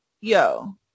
yo